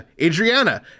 Adriana